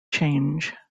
change